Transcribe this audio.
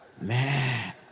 Man